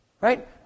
Right